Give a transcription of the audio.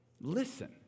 Listen